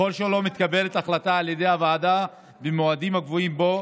ככל שלא מתקבלת החלטה על ידי הוועדה במועדים הקבועים בו,